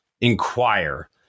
inquire